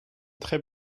très